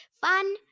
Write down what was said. Fun